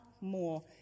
more